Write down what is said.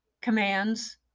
commands